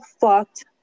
Fucked